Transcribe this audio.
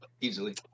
easily